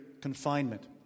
confinement